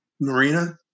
marina